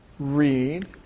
Read